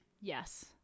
yes